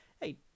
hey